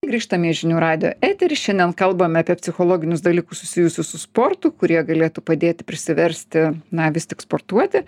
grįžtame į žinių radijo eterį šiandien kalbame apie psichologinius dalykus susijusius su sportu kurie galėtų padėti prisiversti na vis tik sportuoti